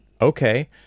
okay